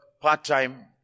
part-time